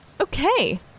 Okay